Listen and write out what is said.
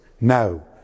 No